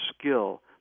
skill